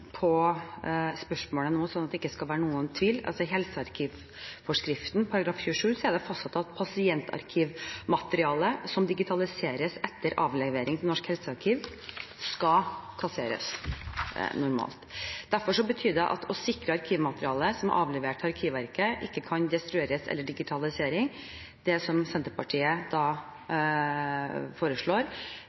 på spørsmålet nå, slik at det ikke skal være noen tvil: I helsearkivforskriften § 27 er det fastsatt at pasientarkivmateriale som digitaliseres etter avlevering til Norsk helsearkiv, normalt skal kasseres. Det betyr at en sikrer at arkivmateriale som er avlevert Arkivverket, ikke kan destrueres etter digitalisering. Det som Senterpartiet foreslår